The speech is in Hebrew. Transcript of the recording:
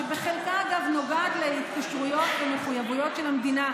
שבחלקה אגב נוגעת להתקשרויות ולמחויבויות של המדינה,